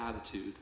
attitude